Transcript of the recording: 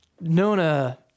nona